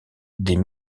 des